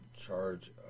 charge